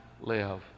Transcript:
live